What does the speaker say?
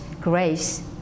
grace